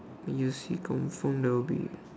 can you see confirm they will be